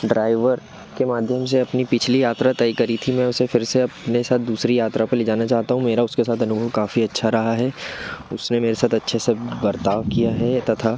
driver के माध्यम से अपनी पिछली यात्रा तय करी थी मैं उसे फिर से अपने साथ दूसरी यात्रा पर ले जाना चाहता हूँ मेरा उसके साथ अनुभव काफ़ी अच्छा रहा है उस ने मेरे साथ अच् से बर्ताव किया है तथा